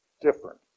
different